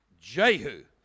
Jehu